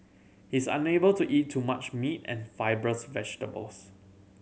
he is unable to eat too much meat and fibrous vegetables